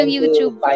YouTube